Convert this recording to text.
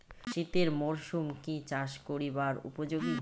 শীতের মরসুম কি চাষ করিবার উপযোগী?